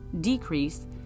decrease